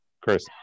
Chris